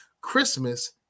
Christmas